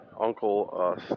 Uncle